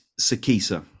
Sakisa